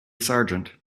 sergeant